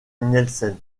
nielsen